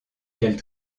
qu’elle